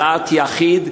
דעת יחיד,